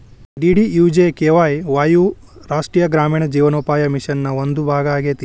DDUGKY Y U ರಾಷ್ಟ್ರೇಯ ಗ್ರಾಮೇಣ ಜೇವನೋಪಾಯ ಮಿಷನ್ ನ ಒಂದು ಭಾಗ ಆಗೇತಿ